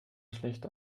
schlechte